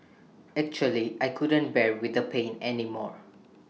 actually I couldn't bear with the pain anymore